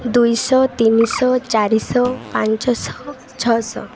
ଦୁଇ ଶହ ତିନି ଶହ ଚାରି ଶହ ପାଞ୍ଚ ଶହ ଛଅ ଶହ